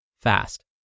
fast